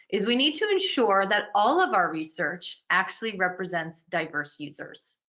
is we need to ensure that all of our research actually represents diverse users.